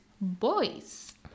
boys